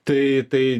tai tai